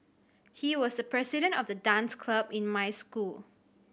he was the president of the dance club in my school